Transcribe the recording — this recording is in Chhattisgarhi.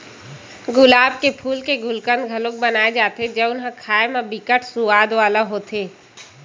गुलाब के फूल के गुलकंद घलो बनाए जाथे जउन ह खाए म बिकट सुवाद वाला होथे